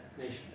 nation